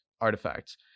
artifacts